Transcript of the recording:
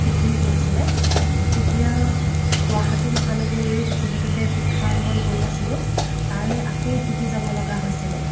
শিথিল কৰিছিলে তেতিয়া গুৱাহাটী মহানগৰীত যিহেতুকে শিক্ষা গ্ৰহণ কৰি আছিলোঁ তাৰলৈ আকৌ উভতি যাবলগা হৈছিলে